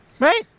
Right